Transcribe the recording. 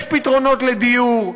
יש פתרונות לדיור.